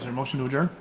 motion to adjure?